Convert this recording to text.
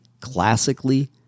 classically